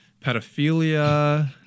pedophilia